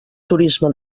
turisme